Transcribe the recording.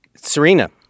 Serena